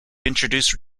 introduce